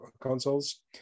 consoles